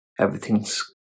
everything's